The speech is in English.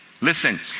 Listen